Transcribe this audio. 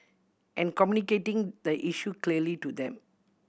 and communicating the issue clearly to them